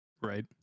right